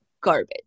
garbage